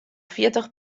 fjirtich